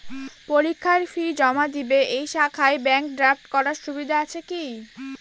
পরীক্ষার ফি জমা দিব এই শাখায় ব্যাংক ড্রাফট করার সুবিধা আছে কি?